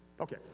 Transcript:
Okay